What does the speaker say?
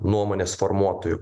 nuomonės formuotojų